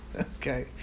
Okay